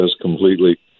completely